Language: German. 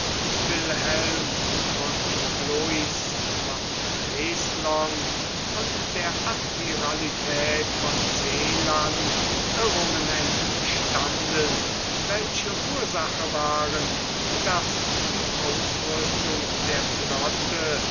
wilhelm von blois von treslong und der admiralität von seeland irrungen entstanden welche ursache waren daß die ausrüstung der flotte